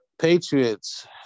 Patriots